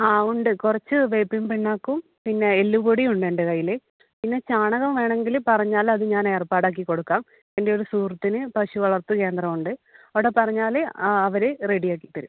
ആ ഉണ്ട് കുറച്ച് വേപ്പിൻ പിണ്ണാക്കും പിന്നെ എല്ല് പൊടിയും ഉണ്ട് എൻ്റെ കൈയ്യില് പിന്നെ ചാണകം വേണങ്കില് പറഞ്ഞാൽ അത് ഞാൻ ഏർപ്പാടാക്കി കൊടുക്കാം എൻ്റെയൊരു സുഹൃത്തിന് പശു വളർത്ത് കേന്ദ്രമുണ്ട് അവിടെ പറഞ്ഞാല് ആവര് റെഡി ആക്കി തരും